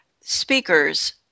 speakers